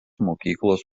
mokyklos